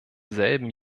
selben